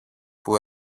που